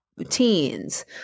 teens